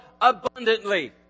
abundantly